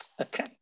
Okay